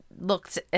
looked